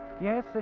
Yes